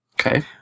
Okay